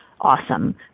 awesome